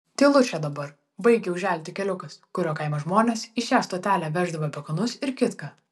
tylu čia dabar baigia užželti keliukas kuriuo kaimo žmonės į šią stotelę veždavo bekonus ir kitką